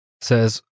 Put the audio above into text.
Says